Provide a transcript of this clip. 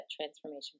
transformation